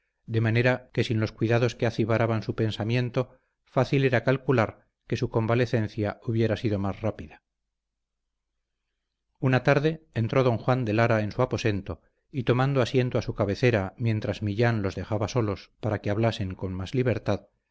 de manera que sin los cuidados que acibaraban su pensamiento fácil era calcular que su convalecencia hubiera sido más rápida una tarde entró don juan de lara en su aposento y tomando asiento a su cabecera mientras millán los dejaba solos para que hablasen con más libertad